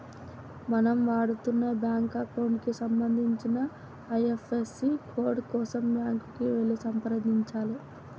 మనం వాడుతున్న bank account కి సంబంధించిన ఐ.ఎఫ్.ఎస్.సి కోడ్ కోసం బ్యాంకుకి వెళ్లి సంప్రదించాలే